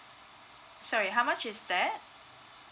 sorry how much is that